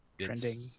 trending